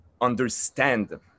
understand